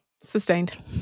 Sustained